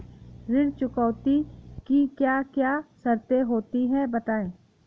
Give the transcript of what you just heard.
ऋण चुकौती की क्या क्या शर्तें होती हैं बताएँ?